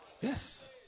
Yes